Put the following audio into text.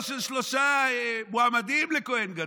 לא של שלושה מועמדים לכהן גדול.